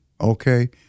okay